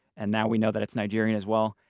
and now we know that it's nigerian as well.